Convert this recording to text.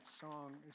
song